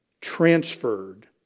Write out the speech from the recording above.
transferred